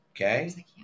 Okay